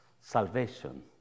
salvation